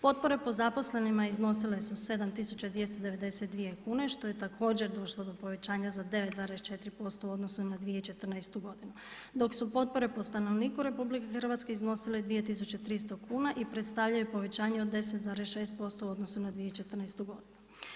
Potpore po zaposlenima iznosile su 7292 kune što je također došlo do povećanja za 9,4% u odnosu na 2014. godinu, dok su potpore po stanovniku RH iznosile 2300 kuna i predstavljaju povećanje od 10,6% u odnosu na 2014. godinu.